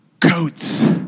Coats